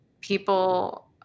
people